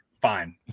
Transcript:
Fine